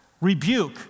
rebuke